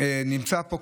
נמצא פה,